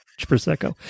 Prosecco